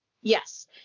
Yes